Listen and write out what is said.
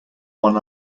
one